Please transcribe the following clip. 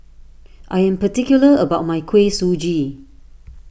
I am particular about my Kuih Suji